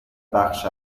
بخش